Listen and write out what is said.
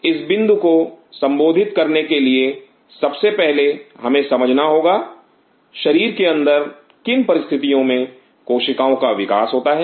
इस बिंदु को संबोधित करने के लिए सबसे पहले हमें समझना होगा शरीर के अंदर किन परिस्थितियों में कोशिकाओं का विकास होता है